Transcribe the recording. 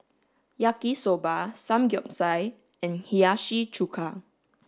Yaki Soba Samgeyopsal and Hiyashi Chuka